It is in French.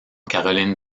caroline